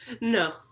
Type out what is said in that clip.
No